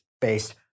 based